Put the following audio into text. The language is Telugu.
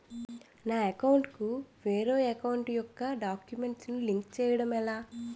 నా అకౌంట్ కు వేరే అకౌంట్ ఒక గడాక్యుమెంట్స్ ను లింక్ చేయడం ఎలా?